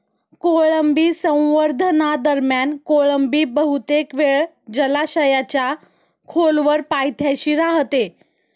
कोळंबी संवर्धनादरम्यान कोळंबी बहुतेक वेळ जलाशयाच्या खोलवर पायथ्याशी राहते